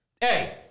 Hey